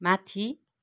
माथि